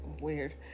weird